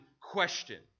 question